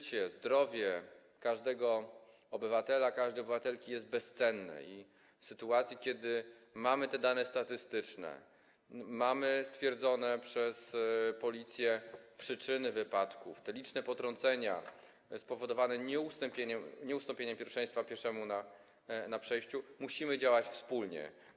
Życie, zdrowie każdego obywatela, każdej obywatelki jest bezcenne i w sytuacji, kiedy mamy te dane statystyczne, mamy stwierdzone przez Policję przyczyny wypadków, te liczne potrącenia spowodowane nieustąpieniem pierwszeństwa pieszemu na przejściu, musimy działać wspólnie.